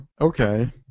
Okay